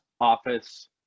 office